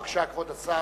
בבקשה, כבוד השר.